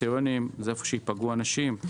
הקריטריונים הם שהיכן שייפגעו אנשים,